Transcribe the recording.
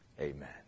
Amen